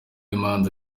imanza